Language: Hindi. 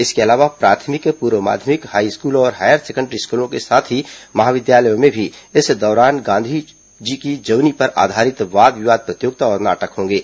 इसके अलावा प्राथमिक पूर्व माध्यमिक हाईस्कूल और हायर सेकेण्डरी स्कूलों के साथ ही महाविद्यालयों में भी इस दौरान महात्मा गांधी की जीवनी पर आधारित वाद विवाद प्रतियोगिता और नाटक होंगे